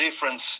difference